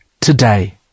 today